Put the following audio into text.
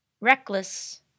reckless